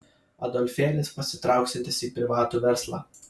adolfėlis pasitrauksiantis į privatų verslą